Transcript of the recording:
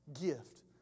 gift